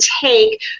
take